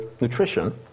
nutrition